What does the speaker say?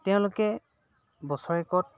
তেওঁলোকে বছৰেকত